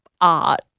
art